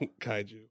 Kaiju